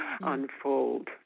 unfold